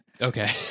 Okay